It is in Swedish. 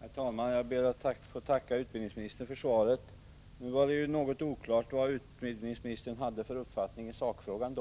Herr talman! Jag ber att få tacka utbildningsministern för svaret. Det var dock något oklart vad utbildningsministern hade för uppfattning i sakfrågan.